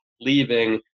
leaving